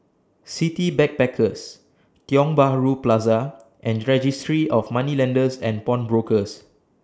City Backpackers Tiong Bahru Plaza and Registry of Moneylenders and Pawnbrokers